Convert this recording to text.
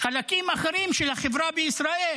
וחלקים אחרים של החברה בישראל